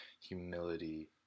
humility